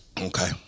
Okay